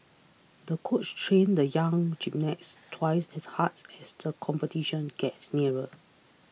the coach trained the young gymnast twice as hard as the competition gets neared